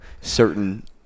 certain